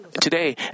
today